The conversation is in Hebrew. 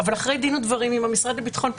אבל אחרי דין ודברים עם משרד הביטחון,